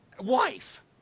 wife